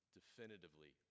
definitively